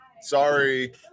sorry